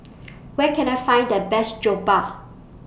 Where Can I Find The Best Jokbal